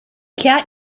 cat